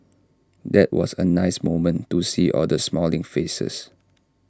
that was A nice moment to see all the smiling faces